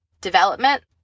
development